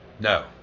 No